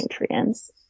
nutrients